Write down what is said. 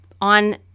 on